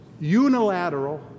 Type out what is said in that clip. Unilateral